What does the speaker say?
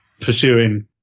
pursuing